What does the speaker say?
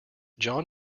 john